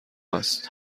است